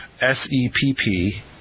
s-e-p-p